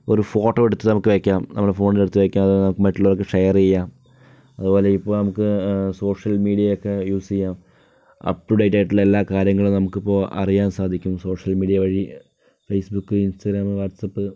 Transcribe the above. ഒരു ഫോട്ടോ എടുത്ത് നമുക്ക് അയക്കാം നമ്മുടെ ഫോണിൽ എടുത്ത് വെക്കാം മറ്റുള്ളവർക്ക് ഷെയർ ചെയ്യാം അത്പോലെ ഇപ്പൊൾ നമുക്ക് സോഷ്യൽ മീഡിയയിൽ ഒക്കെ യൂസ് ചെയ്യാം അപ്പ്റ്റൂഡേറ്റ് ആയ കാര്യങ്ങളൊക്കെ നമുക്ക് ഇപ്പോൾ അറിയാൻ സാധിക്കും സോഷ്യൽ മീഡിയ വഴി ഫേസ്ബുക്ക് ഇൻസ്റ്റാഗ്രാം വാട്ട്സ്വാപ്പ്